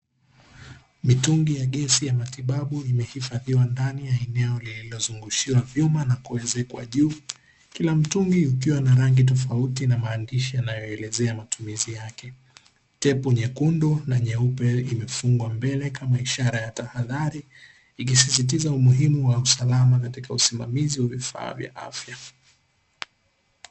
Mitungi ya gesi ya matibabu yamehifadhiwa ndani ya eneo lililozungushiwa vyuma na kuezekwa juu. Kila mtungi ukiwa na rangi tofauti na maandishi yanayoelezea matumizi yake. Tepu nyekundu na nyeupe imezungushiwa kama ishara ya tahadhari, ikisisitiza umuhimu wa usalama katika usimamizi wa vifaa vya afya.